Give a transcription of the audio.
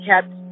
kept